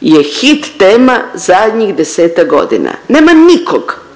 je hit tema zadnjih 10-tak godina. Nema nikog